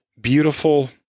beautiful